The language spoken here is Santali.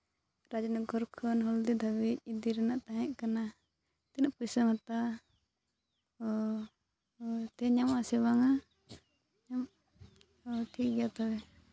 ᱨᱟᱡᱽᱱᱚᱜᱚᱨ ᱠᱷᱚᱱ ᱦᱚᱞᱫᱤ ᱫᱷᱟᱹᱵᱤᱡ ᱤᱫᱤ ᱨᱮᱱᱟᱜ ᱛᱟᱦᱮᱸ ᱠᱟᱱᱟ ᱛᱤᱱᱟᱹᱜ ᱯᱚᱥᱭᱥᱟᱢ ᱦᱟᱛᱟᱣᱟ ᱟᱨ ᱛᱮᱦᱮᱧ ᱧᱟᱢᱚᱜ ᱟᱥᱮ ᱵᱟᱝᱟ ᱴᱷᱤᱠ ᱜᱮᱭᱟ ᱛᱚᱵᱮ